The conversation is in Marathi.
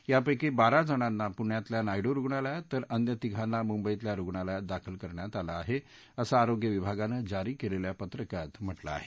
यापैकी बारा जणांना पुण्यातल्या नायडू रुग्णालयात तर अन्य तिघांना मुंबईतल्या रुग्णालयात दाखल करण्यात आलं आहे असं आरोग्य विभागानं जारी केलेल्या पत्रकात ही माहिती दिली आहे